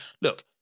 look